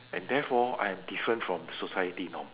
and therefore I am different from society norm